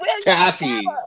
Taffy